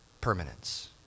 permanence